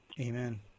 Amen